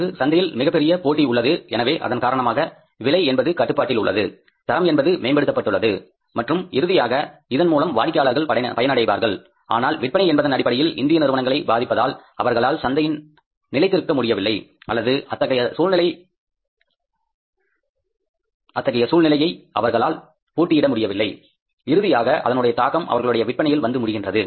நமக்கு சந்தையில் மிகப்பெரிய போட்டி உள்ளது எனவே அதன் காரணமாக விலை என்பது கட்டுப்பாட்டில் உள்ளது தரம் என்பது மேம்படுத்தப்பட்டுள்ளது மற்றும் இறுதியாக இதன் மூலம் வாடிக்கையாளர்கள் பயனடைவார்கள் ஆனால் விற்பனை என்பதன் அடிப்படையில் இந்திய நிறுவனங்களை பாதிப்பதால் அவர்களால் சந்தையின் நிலைத்திருக்க முடியவில்லை அல்லது அத்தகைய சூழ்நிலையில் அவர்களால் போட்டியிட முடிவதில்லை இறுதியாக அதனுடைய தாக்கம் அவர்களுடைய விற்பனையில் வந்து முடிகின்றது